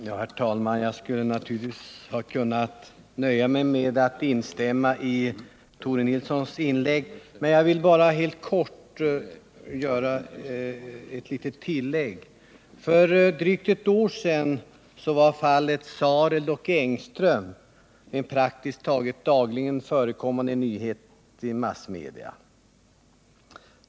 Herr talman! Jag skulle naturligtvis ha kunnat nöja mig med att instämma i Tore Nilssons inlägg, men jag vill bara helt kortfattat göra ett tillägg. För drygt ett år sedan var fallet Sareld och Engström en praktiskt taget dagligen förekommande nyhet.